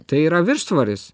tai yra viršsvoris